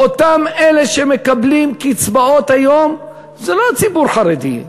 האחריות: אותם אלה שמקבלים קצבאות היום זה לא ציבור חרדי,